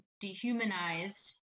dehumanized